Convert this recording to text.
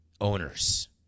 owners